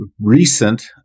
recent